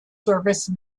service